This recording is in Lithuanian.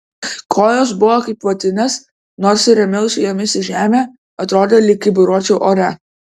kojos buvo kaip vatinės nors ir rėmiausi jomis į žemę atrodė lyg kyburiuočiau ore